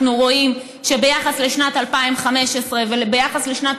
אנחנו רואים שביחס לשנת 2015 וביחס לשנת